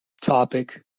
topic